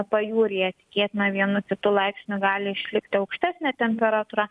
pajūryje tikėtina vienu kitu laipsniu gali išlikti aukštesnė temperatūra